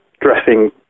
dressing